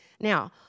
Now